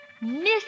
Miss